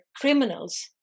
criminals